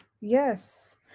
yes